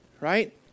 Right